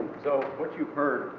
so what you've heard